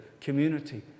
community